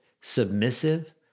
submissive